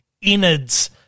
innards